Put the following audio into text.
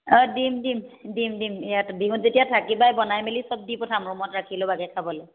অঁ দিম দিম দিম দিম ইয়াত বিহুত যেতিয়া থাকিবাই বনাই মেলি চব দি পথাম ৰুমত ৰাখি ল'বাগে আাগে খাবলৈ